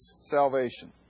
salvation